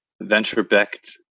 venture-backed